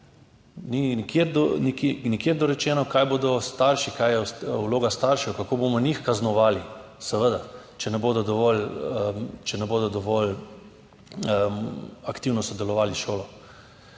Nikjer ni dorečeno, kaj bodo starši, kaj je vloga staršev, kako bomo njih kaznovali, seveda če ne bodo dovolj aktivno sodelovali s šolo.